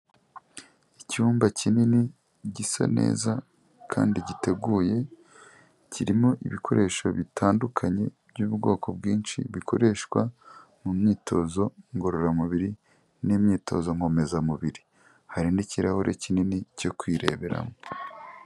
Icyumba kinini gisa neza kandi giteguye, kirimo ibikoresho bitandukanye by'ubwoko bwinshi bikoreshwa mu myitozo ngororamubiri n'imyitozo nkomezamubiri, hari n'ikirahure kinini cyo kwireberamo.